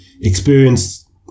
experience